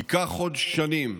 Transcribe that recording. ייקח עוד שנים,